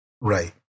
Right